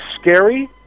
scary